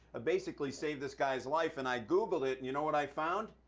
basically saved this guy's life and i googled it and you know what i found?